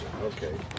okay